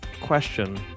question